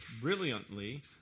brilliantly